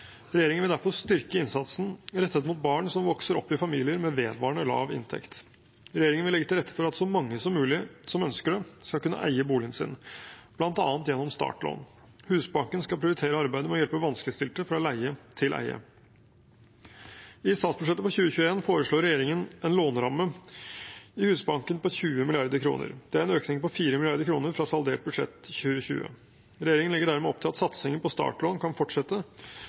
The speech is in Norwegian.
Regjeringen vil derfor styrke innsatsen rettet mot barn som vokser opp i familier med vedvarende lav inntekt. Regjeringen vil legge til rette for at så mange som mulig som ønsker det, skal kunne eie boligen sin, bl.a. gjennom startlån. Husbanken skal prioritere arbeidet med å hjelpe vanskeligstilte fra leie til eie. I statsbudsjettet for 2021 foreslår regjeringen en låneramme i Husbanken på 20 mrd. kr. Det er en økning på 4 mrd. kr fra saldert budsjett 2020. Regjeringen legger dermed opp til at satsingen på startlån kan fortsette,